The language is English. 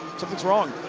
something's wrong.